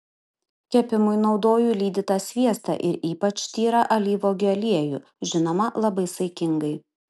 kepimui naudoju lydytą sviestą ir ypač tyrą alyvuogių aliejų žinoma labai saikingai